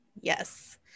yes